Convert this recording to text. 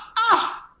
ah.